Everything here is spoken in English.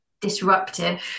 disruptive